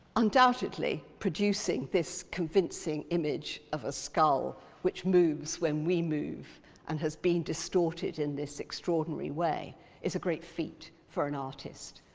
undoubtedly, producing this convincing image of a skull which moves when we move and has been distorted in this extraordinary way is a great feat for an artist,